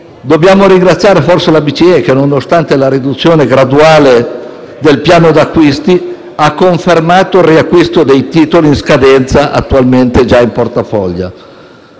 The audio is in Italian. dobbiamo ringraziare la Banca centrale europea, che nonostante la riduzione graduale del piano di acquisti ha confermato il riacquisto dei titoli in scadenza attualmente già in portafoglio.